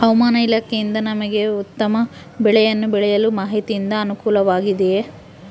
ಹವಮಾನ ಇಲಾಖೆಯಿಂದ ನಮಗೆ ಉತ್ತಮ ಬೆಳೆಯನ್ನು ಬೆಳೆಯಲು ಮಾಹಿತಿಯಿಂದ ಅನುಕೂಲವಾಗಿದೆಯೆ?